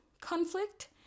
conflict